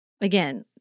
Again